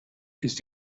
ist